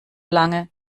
lange